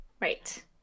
Right